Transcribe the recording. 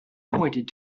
pointed